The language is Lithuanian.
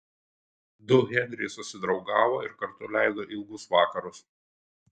du henriai susidraugavo ir kartu leido ilgus vakarus